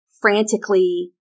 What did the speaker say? frantically